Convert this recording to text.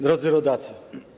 Drodzy Rodacy!